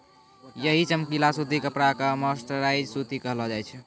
यही चमकीला सूती कपड़ा कॅ मर्सराइज्ड सूती कहलो जाय छै